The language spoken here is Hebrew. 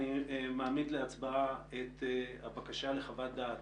אני מעמיד להצבעה את הבקשה לחוות דעת